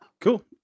Cool